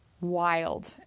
wild